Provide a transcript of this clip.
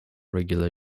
regular